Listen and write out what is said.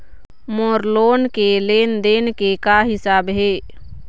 मोर loan के लेन देन के का हिसाब हे?